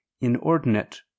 inordinate